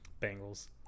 Bengals